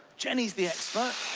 jennie's the expert.